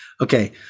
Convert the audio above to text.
Okay